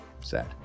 Sad